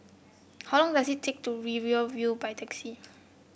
how long does it take to Riverina View by taxi